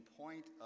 point